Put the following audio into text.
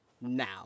Now